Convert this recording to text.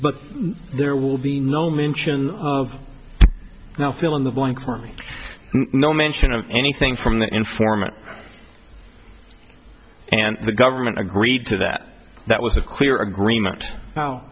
but there will be no mention of now fill in the blanks for me no mention of anything from the informant and the government agreed to that that was a clear agreement